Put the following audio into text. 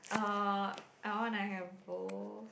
uh I wanna have both